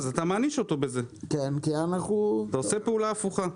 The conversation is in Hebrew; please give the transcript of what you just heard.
אתה מעניש אותו, אתה עושה פעולה הפוכה.